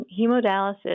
hemodialysis